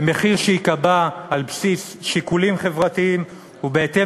במחיר שייקבע על בסיס שיקולים חברתיים ובהתאם